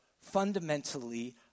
fundamentally